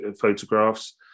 photographs